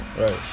Right